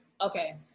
okay